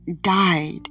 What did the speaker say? died